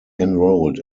enrolled